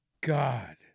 God